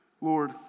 Lord